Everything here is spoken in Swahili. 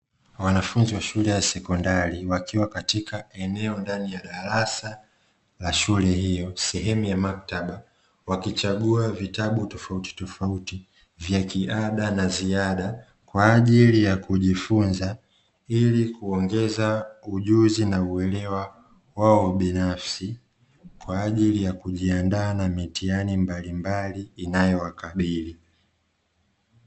Wanafunzi wa shule ya sekondari wakiwa katika eneo la ndani ya darasa la shule hiyo, sehemu ya maktaba, wakichagua vitabu tofautitofauti vya kiada na ziada kwa ajili ya kujifunza ili kuongeza ujuzi, na uelewa wao binafsi kwa ajili ya kujiandaa na mitihani mbalimbali inayowakabili.